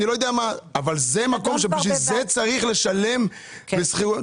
בשביל זה צריך לשלם שכירות?